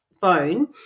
phone